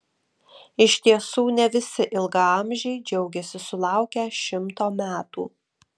iš tiesų ne visi ilgaamžiai džiaugiasi sulaukę šimto metų